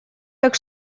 так